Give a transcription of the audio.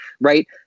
right